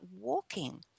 walking